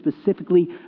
specifically